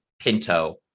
Pinto